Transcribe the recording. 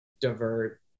Divert